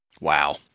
Wow